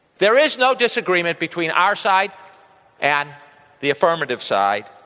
there is no disagreement between our side and the affirmative side,